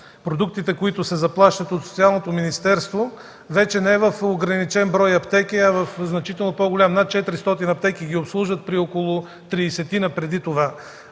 продуктите, които се заплащат от Социалното министерство вече не в ограничен брой аптеки, а в значително по-голям – над 400 аптеки ги обслужват при около 30-ина преди това.